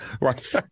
right